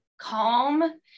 calm